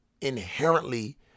inherently